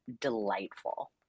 delightful